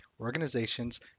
organizations